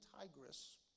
Tigris